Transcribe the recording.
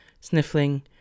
sniffling